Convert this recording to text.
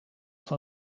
van